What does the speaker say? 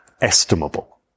estimable